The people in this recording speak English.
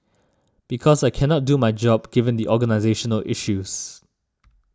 because I cannot do my job given the organisational issues